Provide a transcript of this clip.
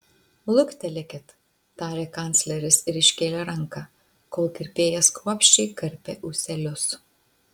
luktelėkit tarė kancleris ir iškėlė ranką kol kirpėjas kruopščiai karpė ūselius